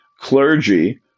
clergy